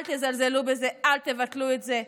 אל תזלזלו בזה, אל תבטלו את זה.